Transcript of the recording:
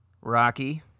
Rocky